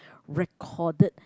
recorded